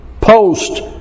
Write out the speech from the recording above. post